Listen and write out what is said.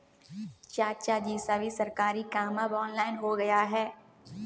चाचाजी, सभी सरकारी काम अब ऑनलाइन हो गया है